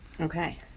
Okay